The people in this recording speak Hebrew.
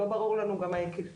לא ברור לנו גם ההיקפים.